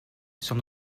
sur